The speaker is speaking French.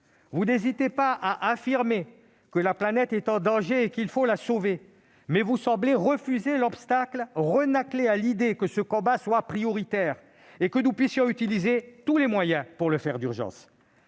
Vous n'hésitez pas à affirmer que la planète est en danger et qu'il faut la sauver. Mais vous semblez refuser l'obstacle ; vous renâclez à l'idée que ce combat soit prioritaire et que nous puissions utiliser tous les moyens pour le mener